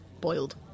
boiled